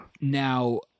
Now